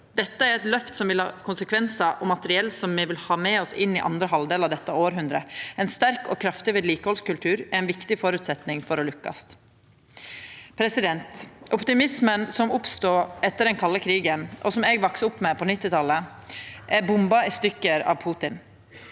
Dette er eit løft som vil ha konsekvensar, og materiell som me vil ha med oss inn i andre halvdel av dette hundreåret. Ein sterk og kraftig vedlikehaldskultur er ein viktig føresetnad for å lukkast. Optimismen som oppstod etter den kalde krigen, og som eg vaks opp med på 1990-talet, er bomba sund av Putin.